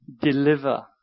deliver